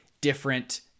different